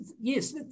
yes